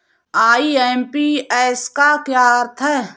IMPS का क्या अर्थ है?